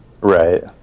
Right